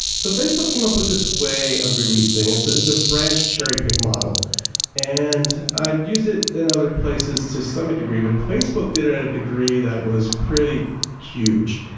so facebook came up with this way of releasing and so it's a branch cherry pick model and i've used it in other places to some degree but facebook did it at a degree that was pretty huge.